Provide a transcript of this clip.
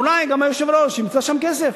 אולי גם היושב-ראש ימצא שם כסף,